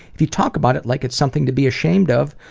if you talk about it like it's something to be ashamed of,